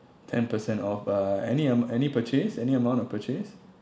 ten percent off uh any am~ any purchase any amount of purchase